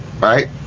Right